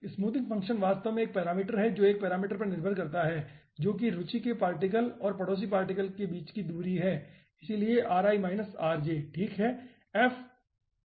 smoothing function वास्तव में एक पैरामीटर है जो एक पैरामीटर पर निर्भर करता है जो कि रुचि के पार्टिकल और पडोसी पार्टिकल के बीच की दूरी है इसलिए ठीक है